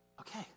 okay